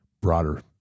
broader